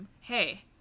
hey